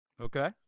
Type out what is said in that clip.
Okay